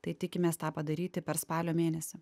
tai tikimės tą padaryti per spalio mėnesį